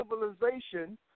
civilization